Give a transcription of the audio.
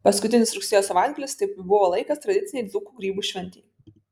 paskutinis rugsėjo savaitgalis tai buvo laikas tradicinei dzūkų grybų šventei